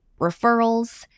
referrals